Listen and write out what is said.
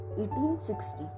1860